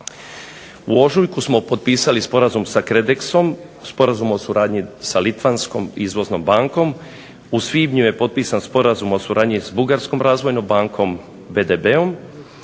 U ožujku smo potpisali sporazum sa KredEX-om, sporazum o suradnji sa Litvanskom izvoznom bankom. U svibnju je potpisan sporazum o suradnji s Bugarskom razvojnom bankom BDB-om